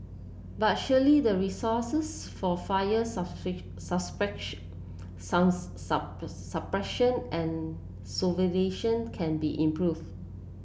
but surely the resources for fire suppression and can be improved